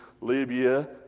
Libya